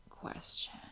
question